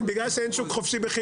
משאירים אותו באוויר?